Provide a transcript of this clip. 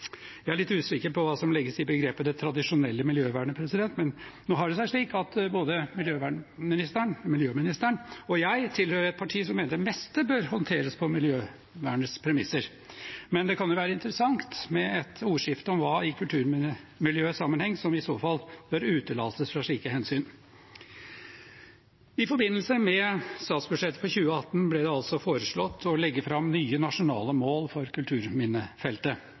Jeg er litt usikker på hva som legges i begrepet «det tradisjonelle miljøvernet», men nå har det seg slik at både miljøministeren og jeg tilhører et parti som mener at det meste bør håndteres på miljøvernets premisser. Det kan jo være interessant med et ordskifte om hva i kulturmiljøsammenheng som i så fall bør utelates fra slike hensyn. I forbindelse med statsbudsjettet for 2018 ble det altså foreslått å legge fram nye nasjonale mål for kulturminnefeltet.